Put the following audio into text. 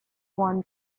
won